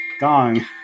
gong